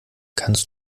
kannst